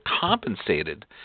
compensated